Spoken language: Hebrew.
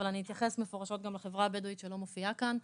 אבל אני אתייחס מפורשות גם לחברה הבדואית שלא מופיעה כאן.